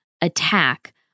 attack